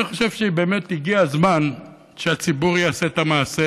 אני חושב שבאמת הגיע הזמן שהציבור יעשה את המעשה,